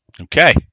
Okay